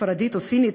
ספרדית או סינית,